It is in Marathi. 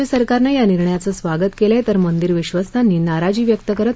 केरळ राज्य सरकारनं या निर्णयाचं स्वागत केलंय तर मंदिर विश्वस्तांनी नाराजी व्यक्त करत